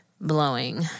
blowing